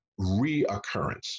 reoccurrence